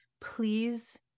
please